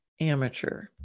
amateur